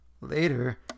later